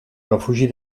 refugi